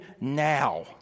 now